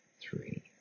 three